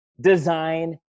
design